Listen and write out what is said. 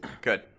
good